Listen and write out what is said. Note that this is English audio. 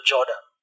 Jordan